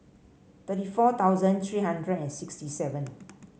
thirty four thousand three hundred and sixty seven